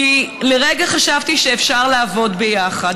כי לרגע חשבתי שאפשר לעבוד ביחד,